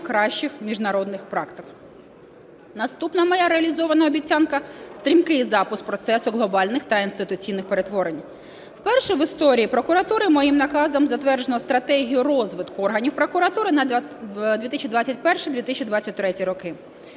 кращих міжнародних практик. Наступна моя реалізована обіцянка – стрімкий запуск процесу глобальних та інституційних перетворень. Вперше в історії прокуратури моїм наказом затверджено Стратегію розвитку органів прокуратури на 2021-2023 роки.